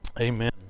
Amen